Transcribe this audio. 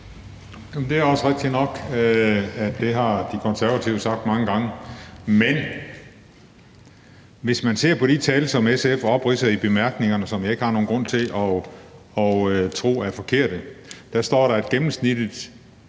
Det er rigtigt nok, at det har De Konservative sagt mange gange, men hvis man ser på de tal, som SF opridser i bemærkningerne, og som jeg ikke har nogen grund til at tro er forkerte, står der, at der i gennemsnit